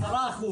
ב-10%.